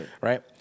right